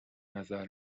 نظر